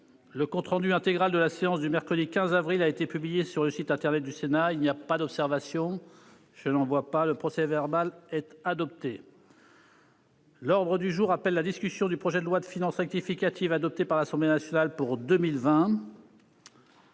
Le compte rendu intégral de la séance du mercredi 15 avril 2020 a été publié sur le site internet du Sénat. Il n'y a pas d'observation ?... Le procès-verbal est adopté. L'ordre du jour appelle la discussion du projet de loi, adopté par l'Assemblée nationale, de